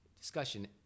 discussion